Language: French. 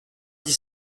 dix